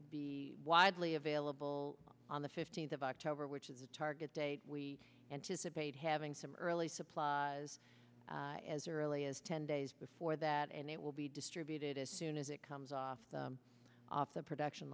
be widely available on the fifteenth of october which is the target date we anticipate having some early supplies as early as ten days before that and it will be distributed as soon as it comes off the off the production